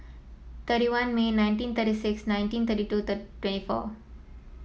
thirty one May nineteen thirty six nineteen thirty two twenty four